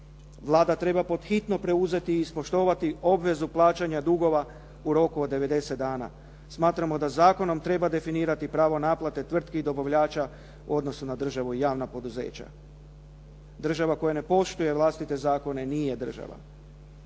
Vlada treba pod hitno preuzeti i ispoštovati obvezu plaćanja dugova u roku od 90 dana. Smatramo da zakonom treba definirati pravo naplate tvrtki i dobavljača u odnosu na državu i javna poduzeća. Država koja ne poštuje vlastite zakone nije država.